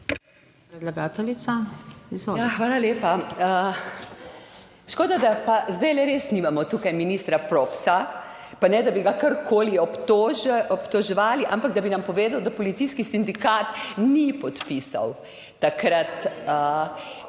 Hvala lepa. Škoda, da pa zdaj res nimamo tukaj ministra Propsa, pa ne, da bi ga karkoli obtoževali, ampak, da bi nam povedal, da policijski sindikat ni podpisal takrat, da